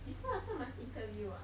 this [one] also must interview ah